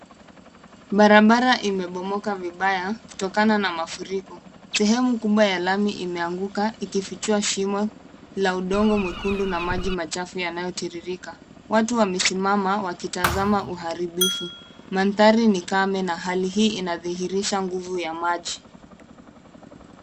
Barabara imebomoka vibaya kutokana na mafuriko, sehemu kubwa ya lami imeanguka ikifichua shimo la udongo mwekundu na maji machafu yanayotiririka, watu wamesimama wakitazama uharibifu, mandhari ni kame na hali hii inadhihirisha nguvu ya maji.